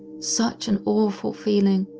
such an awful feeling,